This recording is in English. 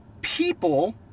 people